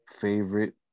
favorite